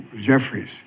Jeffries